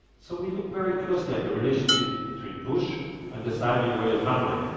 so we look very closely at the relationship between bush and the saudi royal family.